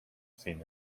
seen